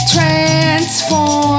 Transform